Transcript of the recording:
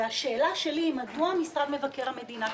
והשאלה שלי מדוע משרד מבקר המדינה,